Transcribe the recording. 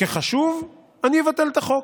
כחשוב, אני מבטל את החוק.